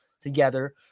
together